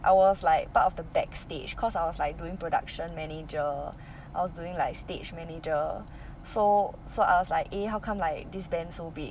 I was like part of the backstage cause I was like doing production manager I was doing like stage manager so so I was like eh how come like this band so big